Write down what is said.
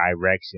direction